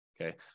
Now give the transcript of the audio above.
okay